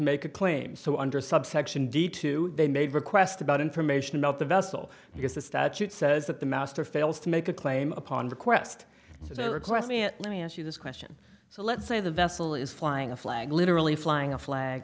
make a claim so under subsection d two they made a request about information about the vessel because the statute says that the master fails to make a claim upon request requesting it let me ask you this question so let's say the vessel is flying a flag literally flying a flag